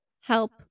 help